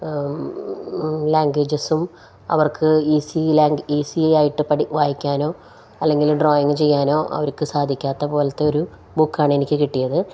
ലാംഗ്വേജസും അവർക്ക് ഈസി ഈസിയായിട്ടു വായിക്കാനോ അല്ലെങ്കില് ഡ്രോയിങ്ങ് ചെയ്യാനോ അവർക്കു സാധിക്കാത്ത പോലത്തെ ഒരു ബുക്കാണ് എനിക്കു കിട്ടിയത്